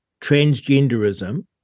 transgenderism